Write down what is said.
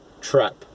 trap